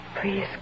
Please